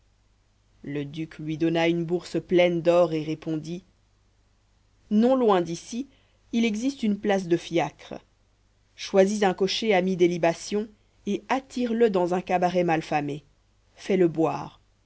le duc lui donna une bourse pleine d'or et répondit non loin d'ici il existe une place de fiacres choisis un cocher ami des libations et attire le dans un cabaret mal famé fais-le boire